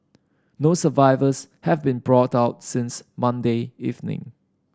no survivors have been brought out since Monday evening